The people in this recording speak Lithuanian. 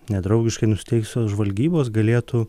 nedraugiškai nusiteikusios žvalgybos galėtų